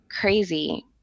crazy